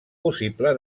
possible